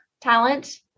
talent